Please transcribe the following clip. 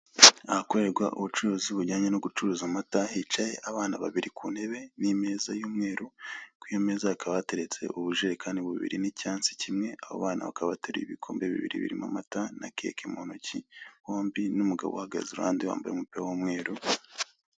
Ahakorerwa ubucuruzi bujyanye no gucuruza amata, hicaye abana babiri ku ntebe n'imeza y'umweru, ku iyo meza hakaba hateretse ubujerekani bubiri n'icyansi kimwe, abo bana bakaba bateruye ibikombe bibiri birimo amata na keke mu ntonki bombi, n'umugabo ubahagaze iruhande wmbaye umupira w'umweru.